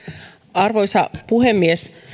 arvoisa puhemies